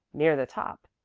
near the top,